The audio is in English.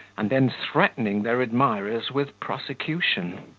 and then threatening their admirers with prosecution.